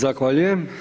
Zahvaljujem.